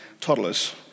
toddlers